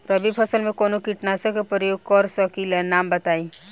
रबी फसल में कवनो कीटनाशक के परयोग कर सकी ला नाम बताईं?